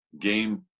game